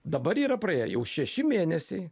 dabar yra praėję jau šeši mėnesiai